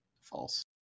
false